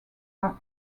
are